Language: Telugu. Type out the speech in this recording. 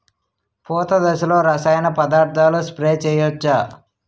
పూత దశలో రసాయన పదార్థాలు స్ప్రే చేయచ్చ?